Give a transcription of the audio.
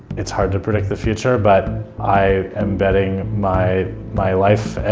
it's hard to predict the future, but i am betting my my life